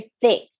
thick